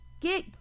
Get